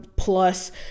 Plus